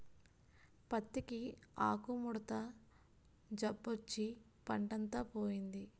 పత్తికి ఆకుముడత జబ్బొచ్చి పంటంతా పోయింది